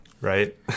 Right